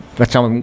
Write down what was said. facciamo